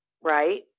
right